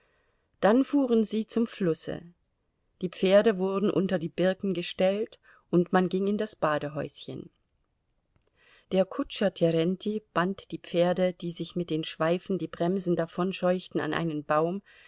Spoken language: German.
dann fuhren sie zum flusse die pferde wurden unter die birken gestellt und man ging in das badehäuschen der kutscher terenti band die pferde die sich mit den schweifen die bremsen davonscheuchten an einen baum